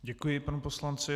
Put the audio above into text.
Děkuji panu poslanci.